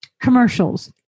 Commercials